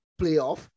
playoff